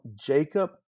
Jacob